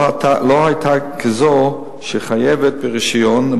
לא היתה כזאת שחייבת ברשיון,